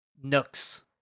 nooks